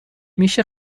میشه